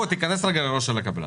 תיכנס רגע לראש של הקבלן.